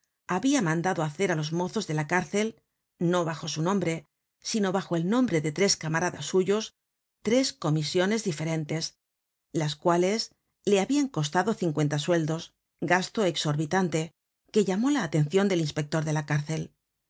habia mandado hacer á los mozos de la cárcel no bajo su nombre sino bajo el nombre de tres camaradas suyos tres comisiones diferentes las cuales le habian costado cincuenta sueldos gasto exorbitante que llamó la atencion del inspector de la cárcel